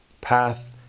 path